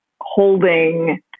holding